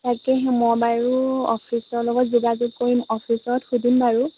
তাকেহে মই বাৰু অফিচৰ লগত যোগাযোগ কৰিম অফিচত সুধিম বাৰু